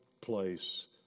place